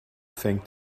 fängt